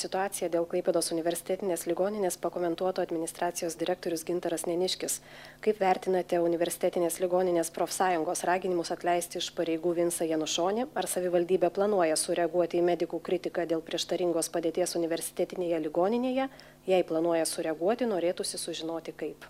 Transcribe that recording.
situaciją dėl klaipėdos universitetinės ligoninės pakomentuotų administracijos direktorius gintaras neniškis kaip vertinate universitetinės ligoninės profsąjungos raginimus atleisti iš pareigų vincą janušonį ar savivaldybė planuoja sureaguoti į medikų kritiką dėl prieštaringos padėties universitetinėje ligoninėje jei planuoja sureaguoti norėtųsi sužinoti kaip